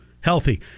healthy